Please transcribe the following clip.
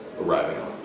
arriving